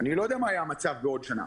אני לא יודע מה יהיה המצב בעוד שנה.